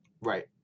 Right